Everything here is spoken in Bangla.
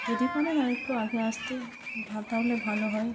যদি পারেন আর একটু আগে আসতে ভা তাহলে ভালো হয়